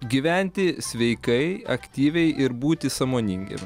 gyventi sveikai aktyviai ir būti sąmoningiem